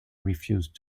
refused